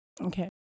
Okay